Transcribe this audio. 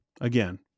again